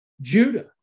judah